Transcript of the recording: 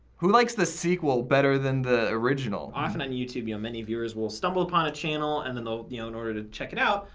who likes the sequel better than the original? often on youtube, you know many viewers will stumble upon a channel and and they'll, ah in order to check it out,